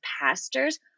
pastors